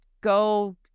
go